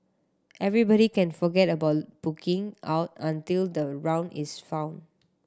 everybody can forget about booking out until the round is found